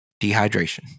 dehydration